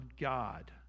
God